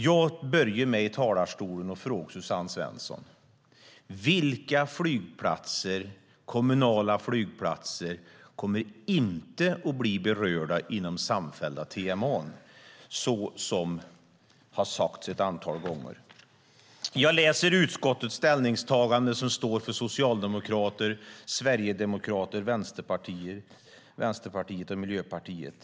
Jag börjar med att i talarstolen fråga Suzanne Svensson: Vilka kommunala flygplatser kommer inte att bli berörda inom samfällda TMA:n, så som har sagts ett antal gånger? Jag läser i utskottets ställningstagande för Socialdemokraterna, Sverigedemokraterna, Vänsterpartiet och Miljöpartiet.